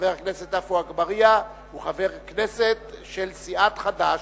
חבר הכנסת עפו אגבאריה הוא חבר כנסת של סיעת חד"ש.